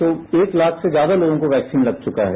तो एक लाख से ज्यादा लोगों को वैक्सीन लग चुका है